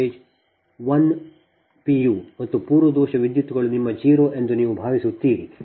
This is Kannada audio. u ಮತ್ತು ಪೂರ್ವ ದೋಷದ ವಿದ್ಯುತ್ಗಳು ನಿಮ್ಮ 0 ಎಂದು ನೀವು ಭಾವಿಸುತ್ತೀರಿ